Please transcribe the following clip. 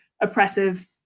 oppressive